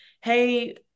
Hey